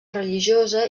religiosa